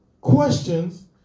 questions